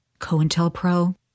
COINTELPRO